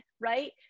right